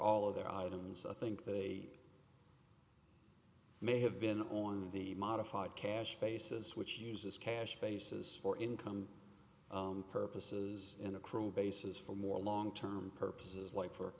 all of their items i think they may have been on the modified cash basis which uses cash basis for income purposes in a crude basis for more long term purposes li